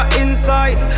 inside